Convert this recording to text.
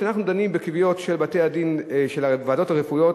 כשאנחנו דנים בקביעות של הוועדות הרפואיות,